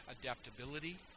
adaptability